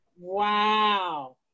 Wow